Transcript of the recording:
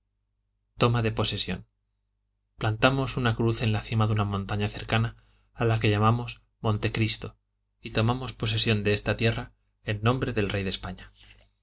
toma de posesión plantamos una cruz en la cima de una montaña cercana a la que llamamos montecristo y tomamos posesión de esta tierra en nombre del rey de españa